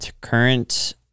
current